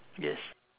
yes